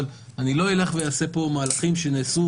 אבל אני לא אלך ואעשה פה מהלכים שנעשו